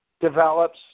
develops